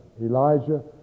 Elijah